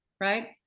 right